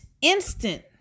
instant